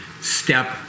Step